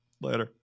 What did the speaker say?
Later